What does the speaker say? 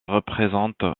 représente